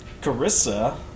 Carissa